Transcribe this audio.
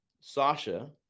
Sasha